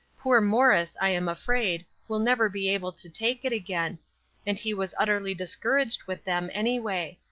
poor morris, i am afraid, will never be able to take it again and he was utterly discouraged with them, anyway.